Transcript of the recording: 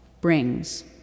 brings